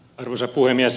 arvoisa puhemies